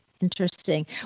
Interesting